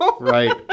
Right